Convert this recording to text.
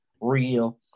real